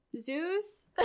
Zeus